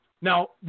Now